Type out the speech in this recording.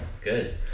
Good